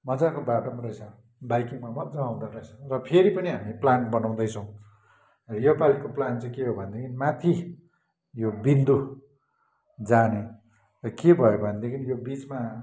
मज्जाको बाटो पनि रहेछ बाइकिङमा मज्जा आउँदो रहेछ र फेरि पनि हामी प्लान बनाउँदैछौँ यो पालिको प्लान चाहिँ के हो भने माथि यो बिन्दू जाने के भयो भनेदेखि यो बिचमा हाम्रो